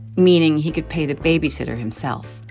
meaning he could pay the babysitter himself.